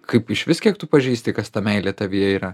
kaip išvis kiek tu pažįsti kas ta meilė tavyje yra